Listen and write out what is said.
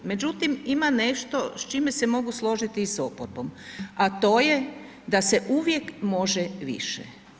Međutim, ima nešto s čime se mogu složiti i s oporbom, a to je da se uvijek može više.